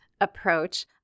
approach